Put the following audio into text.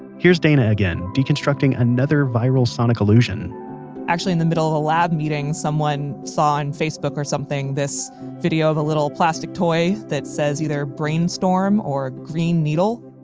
here's dana again deconstructing another viral sonic illusion actually in the middle of a lab meeting, someone saw on facebook or something this video of a little plastic toy that says either brainstorm, or green needle.